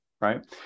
right